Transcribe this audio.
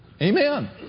Amen